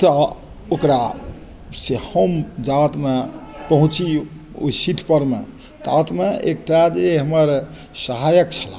तऽ ओकरा से हम जावतमे पहुँचि ओ सीटपरमे तावतमे एकटा जे हमर सहायक छलाह